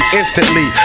instantly